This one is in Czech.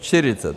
Čtyřicet!